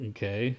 Okay